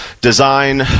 design